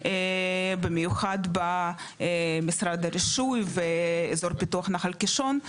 במיוחד במשרד הרישוי ואזור פיתוח נחל קישון,